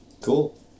Cool